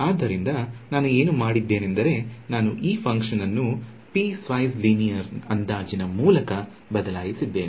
ಆದ್ದರಿಂದ ನಾನು ಏನು ಮಾಡಿದ್ದೇನೆಂದರೆ ನಾನು ಈ ಫಂಕ್ಷನ್ ಅನ್ನು ಪೀಸ್ ವೈಸ್ ಲೀನಿಯರ್ ಅಂದಾಜು ಮೂಲಕ ಬದಲಾಯಿಸಿದ್ದೇನೆ